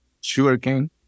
sugarcane